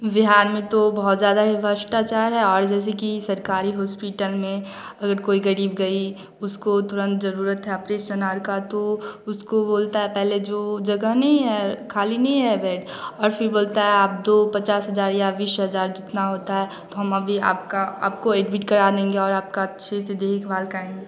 बिहार में तो बहुत ज़्यादा ही भ्रष्टाचार है और जैसे कि सरकारी हॉस्पिटल में अगर कोई गरीब गई उसको तुरंत ज़रूरत है ऑपरेशन आर का तो उसको बोलता है पहले जो जगह नहीं है खाली नहीं है बेड और फ़िर बोलता है आप दो पचास हज़ार या बीस हज़ार जितना होता है तो हम अभी आपका आपको एडमिट करा देंगे और आपका अच्छे से देखभाल करेंगे